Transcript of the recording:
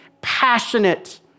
passionate